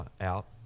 out